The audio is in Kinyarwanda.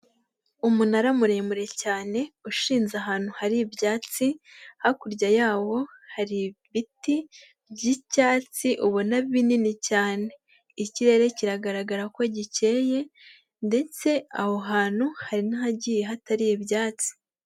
Umunara muremure cyane ushinze ahantu hari ibyatsi, hakurya yawo hari ibiti by'icyatsi ubona binini cyane, ikirere kiragaragara ko gikeye ndetse aho hantu hari n'ahagiye hatari ibyatsi.